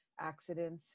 accidents